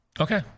Okay